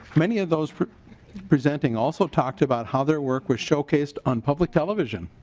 many of those presenting also talked about how the work was showcased on public television.